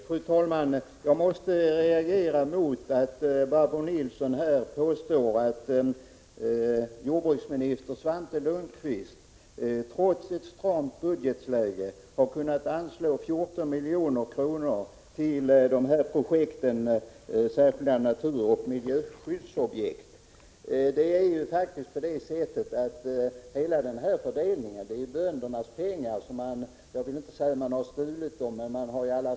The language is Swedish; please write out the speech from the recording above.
Fru talman! Jag måste reagera mot att Barbro Nilsson här påstår att jordbruksminister Svante Lundkvist trots ett stramt budgetläge har kunnat anslå 14 milj.kr. till de särskilda naturoch miljöskyddsprojekten. Hela den här fördelningen gäller ju faktiskt böndernas pengar! Jag vill inte säga att man har stulit dem, men man har tagit dem från lantbrukarna. Som jag sade i mitt anförande var avsikten att pengarna skulle användas till något helt annat än det som finns på listan i propositionen. Jag vill, fru talman, bara påpeka en sak med anledning av att folk står här och talar om öppna landskap.